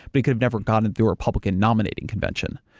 but he could have never gotten it through a republican nominating convention.